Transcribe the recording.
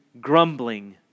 grumbling